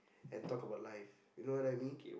and talk about life you know what I mean